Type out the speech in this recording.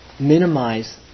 minimize